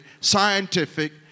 scientific